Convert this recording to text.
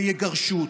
ויגרשו אותו.